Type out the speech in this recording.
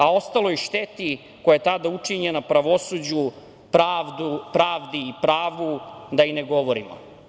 Ostaloj šteti koja je tada učinjena pravosuđu, pravdi i pravu da i ne govorimo.